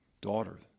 daughter